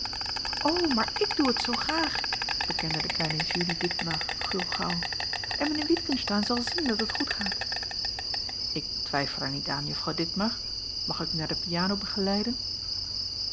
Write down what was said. maar ik doe het zoo graag bekende de kleine julie ditmar gulgauw en mijnheer witgensteyn zal zien dat het goed gaat ik twijfel er niet aan juffrouw ditmar mag ik u naar de piano geleiden